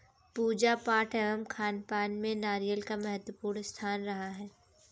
पूजा पाठ एवं खानपान में नारियल का महत्वपूर्ण स्थान रहा है